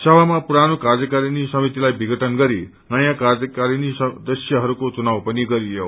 सभामा पुरानो कार्यकारिणी समितिलाई विषटन गरि नयाँ कार्यकारिणी सदस्यहस्को चुनाव पनि गरियो